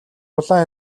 улаан